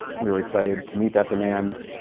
we were excited to meet that demand.